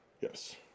Yes